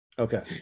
Okay